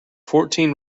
fourteen